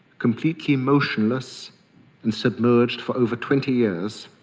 completely motionless and submerged for over twenty years,